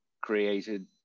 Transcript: created